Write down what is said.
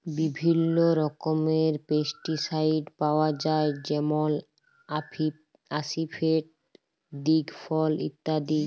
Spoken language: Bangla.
বিভিল্ল্য রকমের পেস্টিসাইড পাউয়া যায় যেমল আসিফেট, দিগফল ইত্যাদি